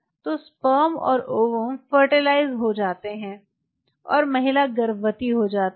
तो स्पर्म और ovum fertilise हो जाते हैं और महिला गर्भवती हो जाती है